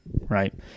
Right